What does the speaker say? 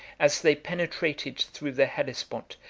as they penetrated through the hellespont,